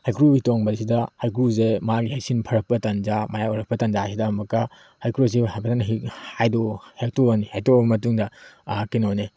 ꯍꯩꯀ꯭ꯔꯨ ꯍꯤꯗꯣꯡꯕꯁꯤꯗ ꯍꯩꯀ꯭ꯔꯨꯁꯦ ꯃꯥꯒꯤ ꯍꯪꯁꯤꯟ ꯐꯥꯔꯛꯄ ꯇꯟꯖꯥ ꯃꯌꯥꯏ ꯑꯣꯏꯔꯛꯄ ꯇꯟꯖꯥꯁꯤꯗ ꯑꯃꯨꯛꯀ ꯍꯩꯀ꯭ꯔꯨꯁꯦ ꯍꯥꯏꯐꯦꯠꯇꯪ ꯍꯦꯛꯇꯣꯛꯑꯅꯤ ꯍꯦꯛꯇꯣꯛꯑꯕ ꯃꯇꯨꯡꯗ ꯀꯩꯅꯣꯅꯤ